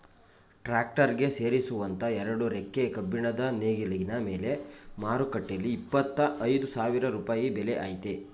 tractor ಗೆ ಸೇರಿಸುವಂತ ಎರಡು ರೆಕ್ಕೆ ಕಬ್ಬಿಣದ ನೇಗಿಲಿನ ಬೆಲೆ ಮಾರುಕಟ್ಟೆಲಿ ಇಪ್ಪತ್ತ ಐದು ಸಾವಿರ ರೂಪಾಯಿ ಬೆಲೆ ಆಯ್ತೆ